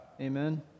Amen